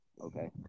Okay